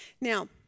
Now